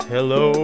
Hello